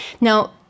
Now